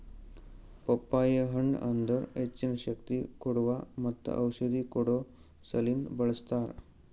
ಪಪ್ಪಾಯಿ ಹಣ್ಣ್ ಅದರ್ ಹೆಚ್ಚಿನ ಶಕ್ತಿ ಕೋಡುವಾ ಮತ್ತ ಔಷಧಿ ಕೊಡೋ ಸಲಿಂದ್ ಬಳ್ಸತಾರ್